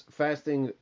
fasting